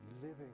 living